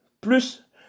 plus